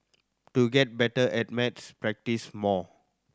to get better at maths practise more